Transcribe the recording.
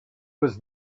was